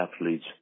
athletes